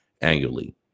annually